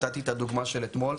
נתתי את הדוגמה של אתמול.